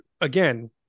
again